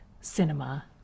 cinema